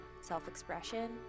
self-expression